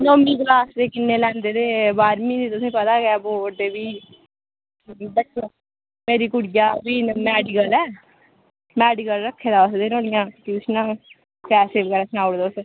नौमीं क्लास दे किन्ने लैंदे ते बाह्रमीं ते तुसें ई पता गै ऐ बोर्ड दे बी बच्चे मेरी कुड़िया दी मैडिकल ऐ मैडिकल रक्खे दा उस ते नुहाड़ियां ट्यूशनां पैसे बगैरा सनाई ओड़ो तुस